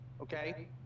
okay